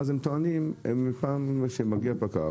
ואז כאשר מגיע הפקח,